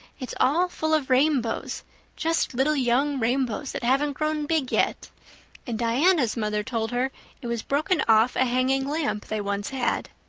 it's all full of rainbows just little young rainbows that haven't grown big yet and diana's mother told her it was broken off a hanging lamp they once had.